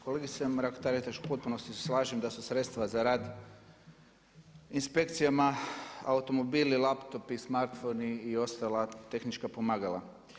Kolegice Mrak-Taritaš u potpunosti se slažem da su sredstva za rad inspekcijama automobili, laptopi, smartfoni i ostala tehnička pomagala.